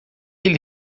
ele